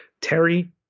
Terry